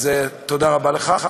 תודה רבה לך.